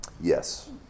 Yes